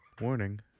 Warning